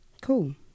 Cool